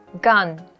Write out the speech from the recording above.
gun